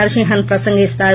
నరసింహస్ ప్రసంగిస్తారు